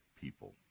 people